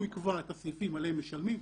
הוא יקבע את הסעיפים עליהם משלמים,